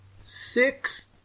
Six